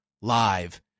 live